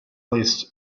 list